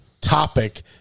topic